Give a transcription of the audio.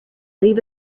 leave